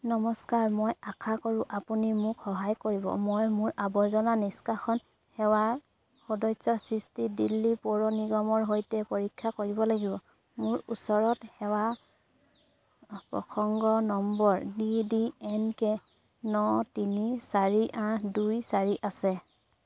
নমস্কাৰ মই আশা কৰোঁ আপুনি মোক সহায় কৰিব মই মোৰ আৱৰ্জনা নিষ্কাশন সেৱাৰ সদস্য স্থিতি দিল্লী পৌৰ নিগমৰ সৈতে পৰীক্ষা কৰিব লাগিব মোৰ ওচৰত সেৱাৰ প্ৰসংগ number D D N K ন তিনি চাৰি আঠ দুই চাৰি আছে